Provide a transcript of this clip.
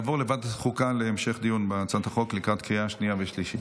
יעבור לוועדת חוקה להמשך דיון בהצעת החוק לקראת קריאה שנייה ושלישית.